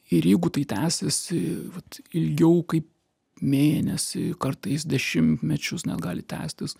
ir jeigu tai tęsiasi vat ilgiau kaip mėnesį kartais dešimtmečius net gali tęstis